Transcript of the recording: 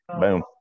boom